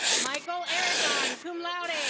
michael eragon, cum laude.